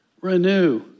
Renew